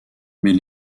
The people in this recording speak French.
mais